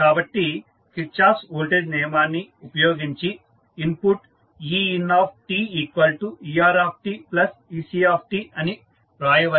కాబట్టి Kirchhoff voltage నియమాన్ని ఉపయోగించి ఇన్పుట్ einteRteC అని రాయవచ్చు